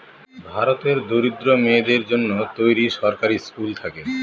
ভারতের দরিদ্র মেয়েদের জন্য তৈরী সরকারি স্কুল থাকে